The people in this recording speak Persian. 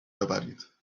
ببرید